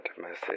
message